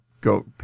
go